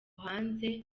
hanze